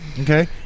okay